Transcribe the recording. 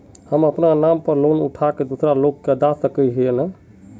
हम अपना नाम पर लोन उठा के दूसरा लोग के दा सके है ने